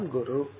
Guru